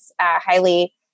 highly